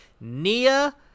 nia